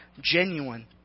genuine